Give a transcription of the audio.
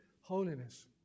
holiness